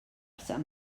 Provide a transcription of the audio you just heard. sant